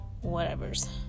whatever's